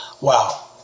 Wow